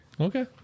Okay